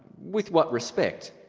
with what respect?